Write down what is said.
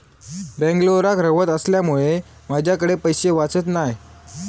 बेंगलोराक रव्हत असल्यामुळें माझ्याकडे पैशे वाचत नाय